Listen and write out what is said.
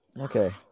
Okay